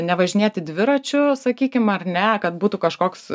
nevažinėti dviračiu sakykim ar ne kad būtų kažkoks